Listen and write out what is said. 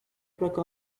broke